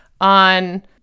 on